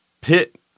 pit